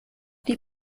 die